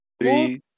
Three